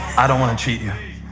i don't want to cheat you.